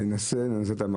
ננסה, נעשה את המקסימום.